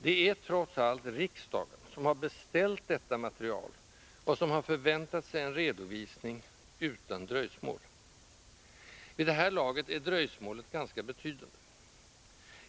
Det är, trots allt, riksdagen som har beställt detta material och som har förväntat sig en redovisning utan dröjsmål. Vid det här laget är dröjsmålet ganska betydande.